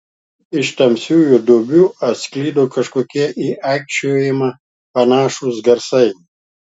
iš tamsiųjų duobių atsklido kažkokie į aikčiojimą panašūs garsai